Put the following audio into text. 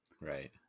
Right